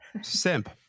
simp